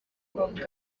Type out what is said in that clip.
bavuga